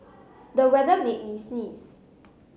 the weather made me sneeze